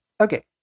okay